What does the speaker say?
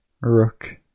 rook